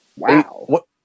Wow